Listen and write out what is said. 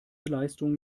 leistung